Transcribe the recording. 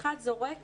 האחד זורק